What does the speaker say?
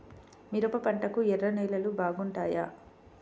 మిరప పంటకు ఎర్ర నేలలు బాగుంటాయా?